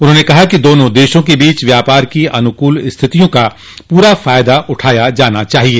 उन्होंने कहा कि दोनों देशों क बीच व्यापार की अनुकूल स्थितियों का पूरा फायदा उठाया जाना चाहिए